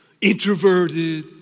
introverted